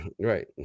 Right